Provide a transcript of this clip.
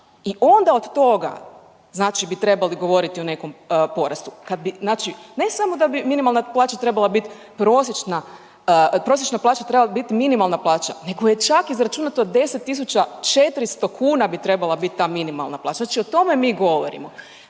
i onda od toga znači bi trebali govoriti o nekom porastu. Kad bi, znači ne samo da bi minimalna plaća trebala bit prosječna, prosječna plaća trebala bi bit minimalna plaća nego je čak izračunato 10.400 kuna bi trebala bit ta minimalna plaća. Znači o tome mi govorimo.